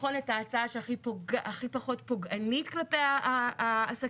לבחון את ההצעה שהכי פחות פוגענית כלפי העסקים.